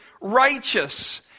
righteous